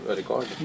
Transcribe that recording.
record